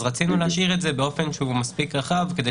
אז רצינו להשאיר את זה באופן שהוא מספיק רחב כדי